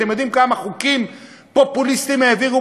אתם יודעים כמה חוקים פופוליסטיים העבירו